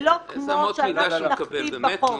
זה לא כמו שאנחנו נכתיב בחוק.